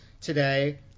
today